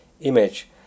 image